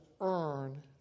earn